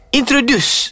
introduce